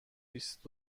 بیست